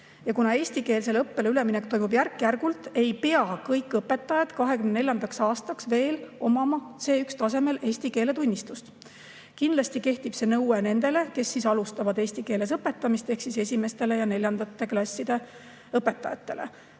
Kuna eestikeelsele õppele üleminek toimub järk-järgult, ei pea kõik õpetajad 2024. aastaks omama veel C1‑tasemel eesti keele [oskuse] tunnistust. Kindlasti kehtib see nõue nendele, kes alustavad siis eesti keeles õpetamist ehk esimeste ja neljandate klasside õpetajatele.